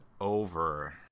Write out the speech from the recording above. over